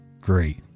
Great